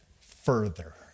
further